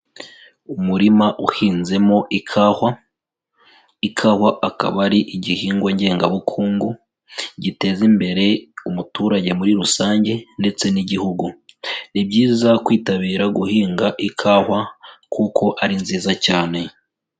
Umurima uhinzemo ikawa, ikawa akaba ari igihingwa ngengabukungu, giteza imbere umuturage muri rusange ndetse n'Igihugu, ni byiza kwitabira guhinga ikawa kuko ari nziza cyane.